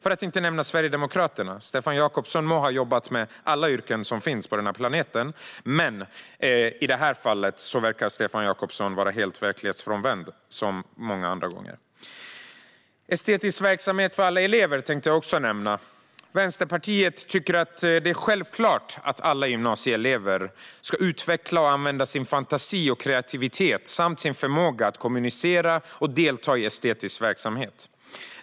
Det gäller även Sverigedemokraterna; Stefan Jakobsson må ha jobbat med alla yrken som finns på den här planeten, men i det här fallet - liksom i många andra - verkar Stefan Jakobsson vara helt verklighetsfrånvänd. Jag tänkte även nämna något om estetisk verksamhet för alla elever. Vänsterpartiet tycker att det är självklart att alla gymnasieelever ska få utveckla och använda sin fantasi och kreativitet samt sin förmåga att kommunicera genom att delta i estetisk verksamhet.